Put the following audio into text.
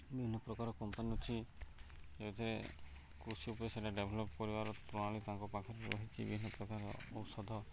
ବିଭିନ୍ନ ପ୍ରକାର କମ୍ପାନୀ ଅଛି ଯେଉଁଥିରେ କୃଷି ଉପରେ ସେଇଟା ଡେଭଲପ୍ କରିବାର ପ୍ରଣାଳୀ ତାଙ୍କ ପାଖରେ ରହିଛି ବିଭିନ୍ନ ପ୍ରକାର ଔଷଧ